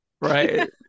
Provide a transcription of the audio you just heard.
right